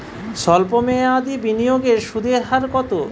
সল্প মেয়াদি বিনিয়োগের সুদের হার কত?